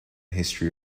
history